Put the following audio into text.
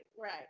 right